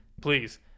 Please